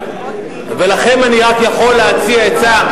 ולכם אני רק יכול להציע עצה,